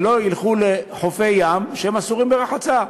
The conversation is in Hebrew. שלא ילכו לחופי ים שהם אסורים לרחצה.